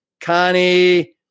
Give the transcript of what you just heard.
Connie